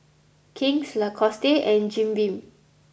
King's Lacoste and Jim Beam